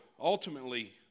ultimately